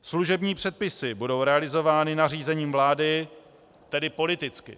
Služební předpisy budou realizovány nařízením vlády, tedy politicky.